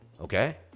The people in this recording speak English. Okay